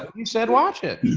you said watch it.